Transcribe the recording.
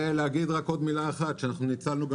נגיד רק עוד מילה אחת שאנחנו ניצלנו גם